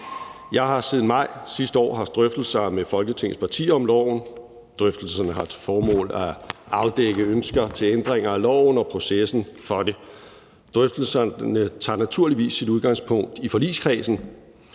Jeg har siden maj sidste år haft drøftelser med Folketingets partier om loven. Drøftelserne har til formål at afdække ønsker til ændringer af loven og processen for det. Drøftelserne tager naturligvis udgangspunkt i forligskredsen,